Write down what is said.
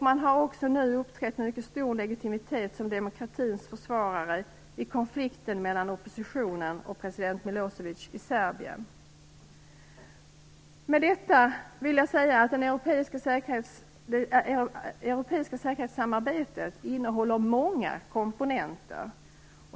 Man har också uppträtt med mycket stor legitimitet som demokratins försvarare i konflikten mellan oppositionen och president Milosevic i Serbien. Med detta vill jag säga att det europeiska säkerhetssamarbetet innehåller många komponenter.